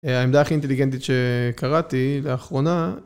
העמדה הכי אינטליגנטית שקראתי לאחרונה.